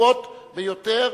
חשובות ביותר.